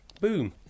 boom